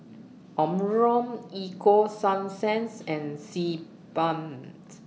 Omron Ego Sunsense and Sebamed